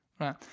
right